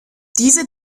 diese